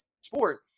sport